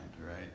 right